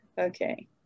Okay